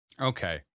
Okay